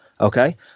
Okay